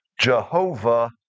Jehovah